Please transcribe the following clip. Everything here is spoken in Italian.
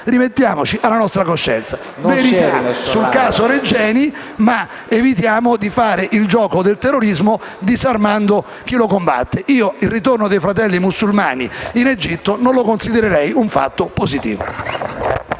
Vogliamo la verità sul caso Regeni, ma evitiamo di fare il gioco del terrorismo, disarmando chi lo combatte. Io il ritorno dei Fratelli musulmani in Egitto non lo considererei un fatto positivo.